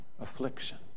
affliction